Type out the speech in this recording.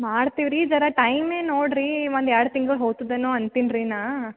ಮಾಡ್ತೀವಿ ರೀ ಜರ ಟೈಮೇ ನೋಡಿರಿ ಒಂದು ಎರಡು ತಿಂಗ್ಳು ಹೋಗ್ತದೇನೋ ಅಂತೀನಿ ರೀ ನಾನು